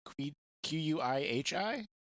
Q-U-I-H-I